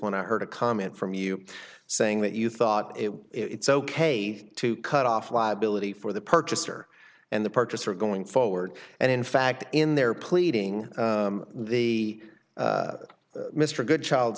when i heard a comment from you saying that you thought it was it's ok to cut off liability for the purchaser and the purchaser going forward and in fact in their pleading the mr goodchild